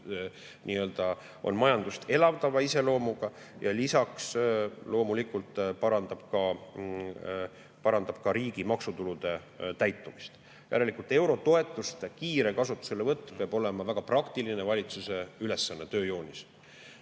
on seega majandust elavdava iseloomuga. Lisaks loomulikult parandab see riigi maksutulude [laekumist]. Järelikult eurotoetuste kiire kasutuselevõtt peab olema väga praktiline valitsuse ülesanne, tööjoonis.